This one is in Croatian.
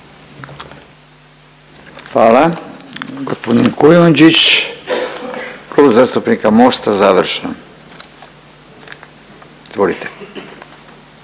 Hvala, hvala